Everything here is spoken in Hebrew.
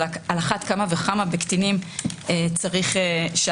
לכן על אחת כמה וכמה בעניין של קטינים התיקון הזה צריך לעבור.